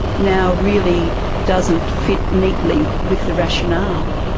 now really doesn't fit neatly with the rationale,